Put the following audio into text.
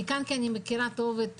אני כאן כי אני מכירה טוב את